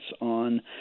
on